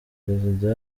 perezida